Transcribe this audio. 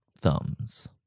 thumbs